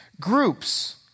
groups